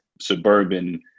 suburban